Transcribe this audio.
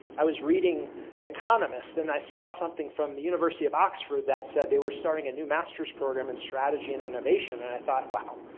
i was reading the economist, and i saw something from the university of oxford that said they were starting a new master's program in strategy and innovation, and i thought, wow,